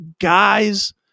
guys